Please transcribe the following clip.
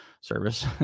service